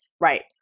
Right